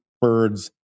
birds